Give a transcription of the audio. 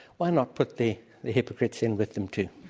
why not put the the hypocrites in with them, too?